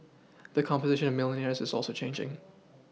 the composition of milLionaires is also changing